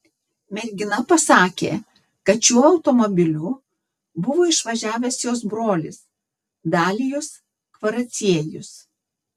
mergina pasakė kad šiuo automobiliu buvo išvažiavęs jos brolis dalijus kvaraciejus